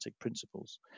principles